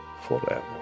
forever